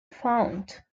found